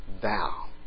thou